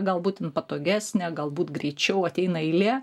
galbūt jin patogesnė galbūt greičiau ateina eilė